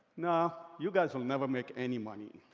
nah, you guys will never make any money.